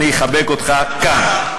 אני אחבק אותך כאן.